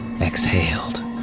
exhaled